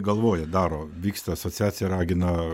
galvoja daro vyksta asociacija ragina